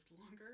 longer